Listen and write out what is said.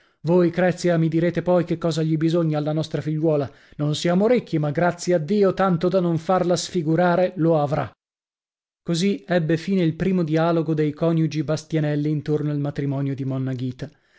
voi crezia mi direte poi che cosa gli bisogna alla nostra figliuola non siamo ricchi ma grazie a dio tanto da non farla sfigurare lo avrà così ebbe fine il primo dialogo dei coniugi bastianelli intorno al matrimonio di monna ghita